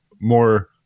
more